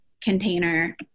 container